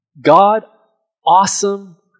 God-awesome